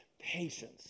Patience